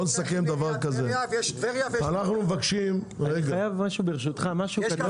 בואו נסכם דבר כזה: אני מבקש ממינהל התכנון